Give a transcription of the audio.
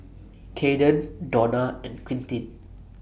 Cayden Dona and Quintin